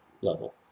level